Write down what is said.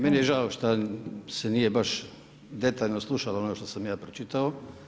Meni je žao što se nije baš detaljno slušalo ono što sam ja pročitao.